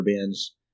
bands